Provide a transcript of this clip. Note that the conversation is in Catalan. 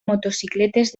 motocicletes